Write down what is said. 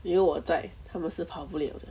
因为我在他们是跑不 liao 的